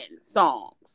songs